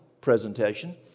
presentation